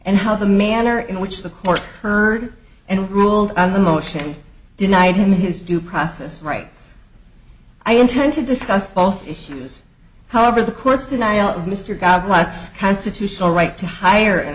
and how the manner in which the court heard and ruled on the motion denied him his due process rights i intend to discuss both issues however the course denial of mr god let's constitutional right to hire an